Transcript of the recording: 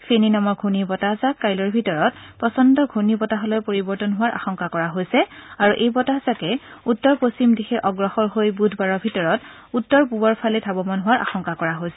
ফেণী নামৰ ঘূৰ্ণি বতাহ জাক কাইলৈ ভিতৰত প্ৰচণ্ড ঘূৰ্ণি বতাহলৈ পৰিবৰ্তন হোৱাৰ আশংকা কৰা হৈছে আৰু এই বতাহজাকে উত্তৰ পশ্চিম দিশে অগ্ৰসৰ হৈ বুধবাৰৰ ভিতৰত উত্তৰ পূবৰফালে ধাবমান হোৱাৰ আশংকা কৰা হৈছে